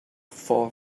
far